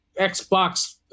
Xbox